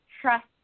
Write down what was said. trust